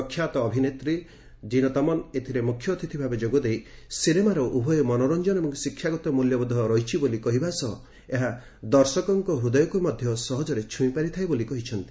ପ୍ରଖ୍ୟାତ ଅଭିନେତ୍ରୀ ଜିନତ୍ ଅମନ୍ ଏଥିରେ ମୁଖ୍ୟଅତିଥି ଭାବେ ଯୋଗଦେଇ ସିନେମାର ଉଭୟ ମନୋରଂଜନ ଏବଂ ଶିକ୍ଷାଗତ ମୂଲ୍ୟବୋଧ ରହିଛି ବୋଲି କହିବା ସହ ଏହା ଦର୍ଶକଙ୍କ ହୃଦୟକୁ ମଧ୍ୟ ସହଜରେ ଛୁଇଁ ପାରିଥାଏ ବୋଲି କହିଛନ୍ତି